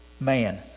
man